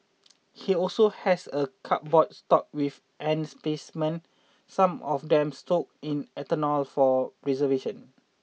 he also has a cupboard stocked with ant specimens some of them soaked in ethanol for preservation